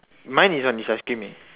mine is on his ice cream eh